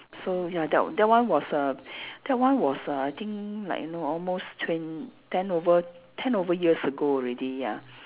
so ya that that one was err that one was uh I think like you know almost twen~ ten over ten over years ago already ya